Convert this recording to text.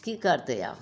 की करतै आब